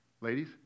ladies